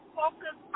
focus